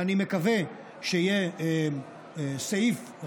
ואני מקווה שיהיה סעיף,